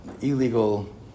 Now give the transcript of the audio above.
illegal